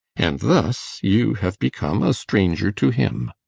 and thus you have become a stranger to him.